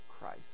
Christ